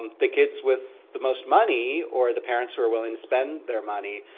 the kids with the most money, or the parents who are willing to spend their money,